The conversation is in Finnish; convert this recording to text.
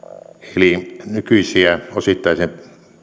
eli nykyisiä osittaisen